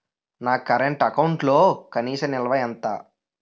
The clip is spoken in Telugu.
నా కరెంట్ అకౌంట్లో కనీస నిల్వ ఎంత?